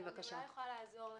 אולי אוכל לעזור לך.